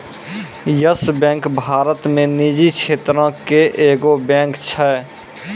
yes Bank Bharat मे निजी क्षेत्रो के एगो बैंक छै